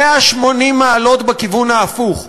180 מעלות בכיוון ההפוך,